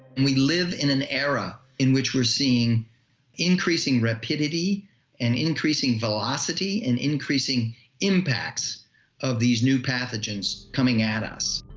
we live in an era in which we're seeing increasing rapidity and increasing velocity and increasing impacts of these new pathogens coming at us.